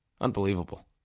unbelievable